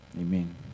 Amen